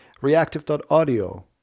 reactive.audio